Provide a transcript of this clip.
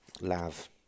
lav